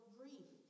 grief